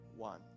One